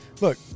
Look